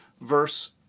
verse